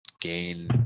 gain